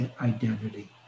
identity